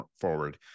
forward